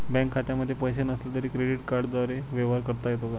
Bank खात्यामध्ये पैसे नसले तरी क्रेडिट कार्डद्वारे व्यवहार करता येतो का?